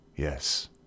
Yes